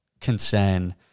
concern